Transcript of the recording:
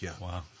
Wow